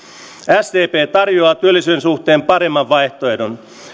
tavalla sdp tarjoaa työllisyyden suhteen paremman vaihtoehdon